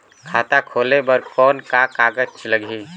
खाता खोले बर कौन का कागज लगही?